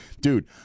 dude